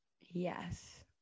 Yes